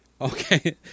Okay